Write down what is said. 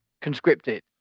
conscripted